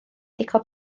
dico